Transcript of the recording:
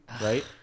right